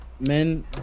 men